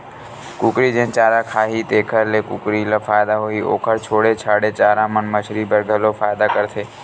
कुकरी जेन चारा खाही तेखर ले कुकरी ल फायदा होही, ओखर छोड़े छाड़े चारा मन मछरी बर घलो फायदा करथे